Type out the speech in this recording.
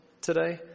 today